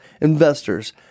investors